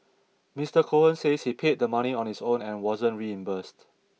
Mister Cohen says he paid the money on his own and wasn't reimbursed